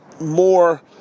more